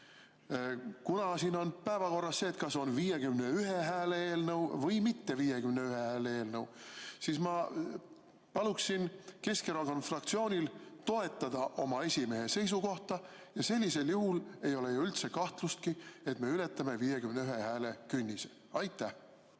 Kuna siin on päevakorras, kas see on 51 hääle eelnõu või ei ole, siis ma paluksin Keskerakonna fraktsioonil toetada oma esimehe seisukohta ja sellisel juhul ei ole ju üldse kahtlustki, et me ületame 51 hääle künnise. Aitäh,